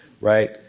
right